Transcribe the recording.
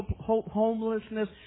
homelessness